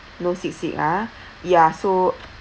no sea sick ah ya so